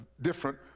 different